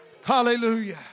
Hallelujah